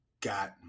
got